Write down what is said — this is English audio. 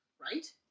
right